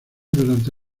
durante